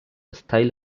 style